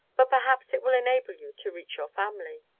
but perhaps it will enable you to reach your family.